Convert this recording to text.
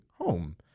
home